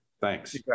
Thanks